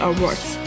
Awards